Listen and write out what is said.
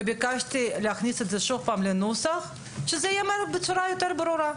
וביקשתי להכניס את זה שוב לנוסח שזה ייאמר בצורה יותר ברורה.